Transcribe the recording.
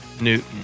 Newton